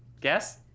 Guess